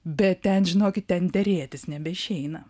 bet ten žinokit ten derėtis nebeišeina